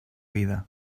vida